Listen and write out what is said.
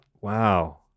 Wow